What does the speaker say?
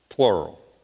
Plural